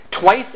Twice